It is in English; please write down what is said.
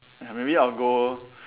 ya maybe I'll go